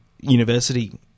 university